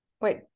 Wait